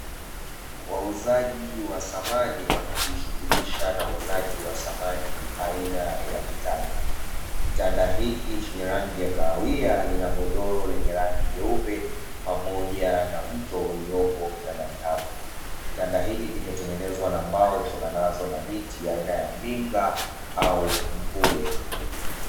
Wauzaji wa samani wanaojishughulisha na uuzaji wa samani aina ya vitanda. Kitanda hiki chenye rangi ya kahawia lina godoro lenye rangi jeupe pamoja na mto uliopo kitandani hapo. Kitanda hiki kimetengenezwa na mbao zitokanazo na miti aina ya mninga au mvule.